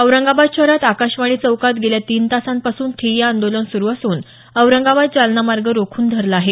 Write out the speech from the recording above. औरंगाबाद शहरात आकाशवाणी चौकात गेल्या तीन तासांपासून ठिय्या आंदोलन सुरु असून औरंगाबाद जालना मार्ग आंदोलकांनी रोखून धरला आहे